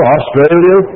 Australia